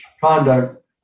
Conduct